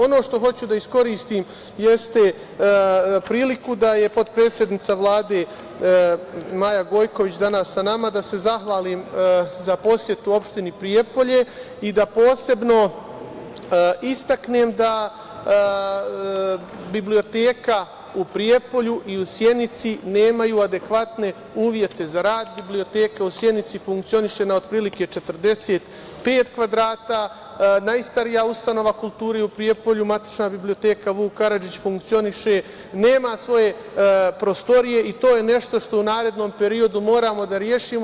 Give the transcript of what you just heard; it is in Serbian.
Ono što hoću da iskoristim jeste priliku da je potpredsednica Vlade Maja Gojković danas sa nama, da se zahvalim za posetu u opštini Prijepolje i da posebno istaknem da biblioteke u Prijepolju i u Sjenici nemaju adekvatne uslove za rad, biblioteka u Sjenici funkcioniše, otprilike na 45 kvadrata, najstarija ustanova kulture u Prijepolju, matična biblioteka "Vuk Karadžić", funkcioniše, nema svoje prostorije i to je nešto što u narednom periodu moramo da rešimo.